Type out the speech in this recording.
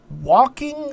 walking